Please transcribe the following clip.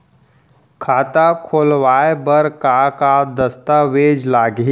खाता खोलवाय बर का का दस्तावेज लागही?